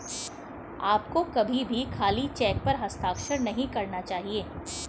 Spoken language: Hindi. आपको कभी भी खाली चेक पर हस्ताक्षर नहीं करना चाहिए